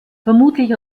vermutlich